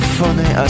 funny